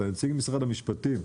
אתה נציג משרד המשפטים,